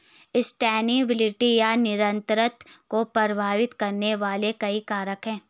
sustainability या निरंतरता को प्रभावित करने वाले कई कारक हैं